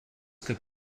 could